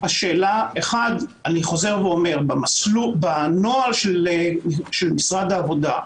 אני חוזר ואומר בנוהל של משרד העבודה,